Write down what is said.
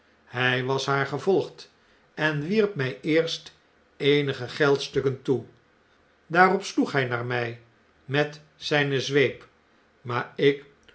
hij was haar gevolgd en wierp mij eerst eenige geldstukken toe daarop sloeg hij naar mij met zijne zweep maar ik